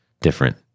different